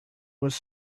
was